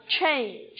change